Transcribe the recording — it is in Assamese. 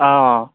অঁ অঁ